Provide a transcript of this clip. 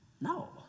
No